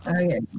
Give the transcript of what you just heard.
okay